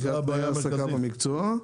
בגלל תנאי ההעסקה במקצוע.